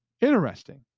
Interesting